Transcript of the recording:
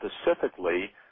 Specifically